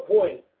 point